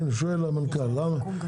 הנה, המנכ"ל שואל.